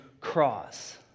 cross